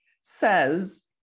says